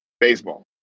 baseball